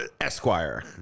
Esquire